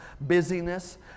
busyness